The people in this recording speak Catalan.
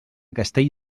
castell